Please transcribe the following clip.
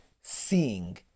seeing